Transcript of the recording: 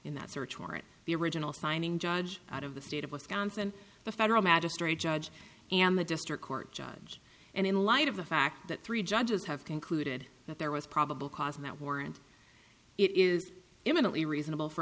in that search warrant the original signing judge out of the state of wisconsin the federal magistrate judge and the district court judge and in light of the fact that three judges have concluded that there was probable cause that warrant it is eminently reasonable for